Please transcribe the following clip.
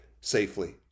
safely